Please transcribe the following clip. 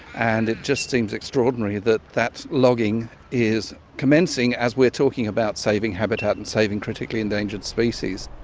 and it just seems extraordinary that that logging is commencing as we're talking about saving habitat and saving critically endangered species.